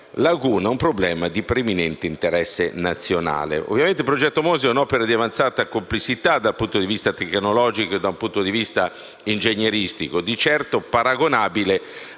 laguna problema di preminente interesse nazionale; il progetto Mose è un'opera di avanzata complessità dal punto di vista tecnologico e dal punto di vista ingegneristico, di certo paragonabile